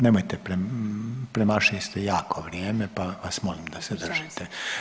Nemojte, premašili ste jako vrijeme, pa vas molim da se držite.